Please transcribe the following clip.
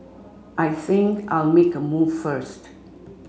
I think I'll make a move first